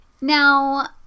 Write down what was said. now